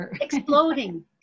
Exploding